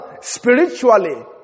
spiritually